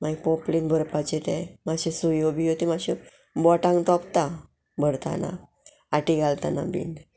मागीर पोपलीन भरपाचे ते मातशे सुयो बियो त्यो मातश्यो बोटांक तोपता भरतना आटी घालतना बीन